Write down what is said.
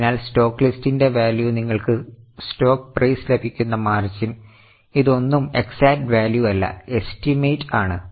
അതിനാൽ സ്റ്റോക്ക് ലിസ്റ്റിന്റെ വാല്യു നിങ്ങൾക്ക് സ്റ്റോക്ക് പ്രൈസ് ലഭിക്കുന്ന മാർജിൻ ഇത് ഒന്നും എക്സാക്റ്റ് വാല്യു അല്ല എസ്റ്റിമേറ്റ് ആണ്